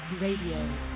Radio